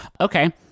Okay